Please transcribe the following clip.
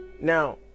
Now